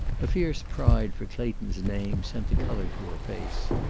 a fierce pride for clayton's name sent the color to her face.